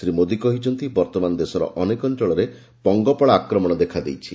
ଶ୍ରୀ ମୋଦୀ କହିଛନ୍ତି ବର୍ତମାନ ଦେଶର ଅନେକ ଅଂଚଳରେ ପଙ୍ଗପାଳ ଆକ୍ରମଣ ଦେଖାଦେଇଛି